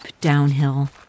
downhill